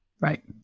Right